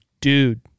Dude